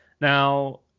Now